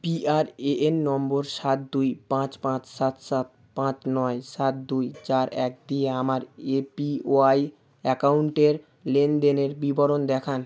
PRAN number সাত দুই পাঁচ পাঁচ সাত সাত পাঁচ নয় সাত দুই চার এক দিয়ে আমার এপিওয়াই অ্যাকাউন্টের লেনদেনের বিবরণ দেখান